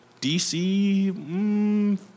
DC